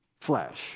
flesh